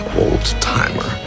old-timer